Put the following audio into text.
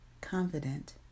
confident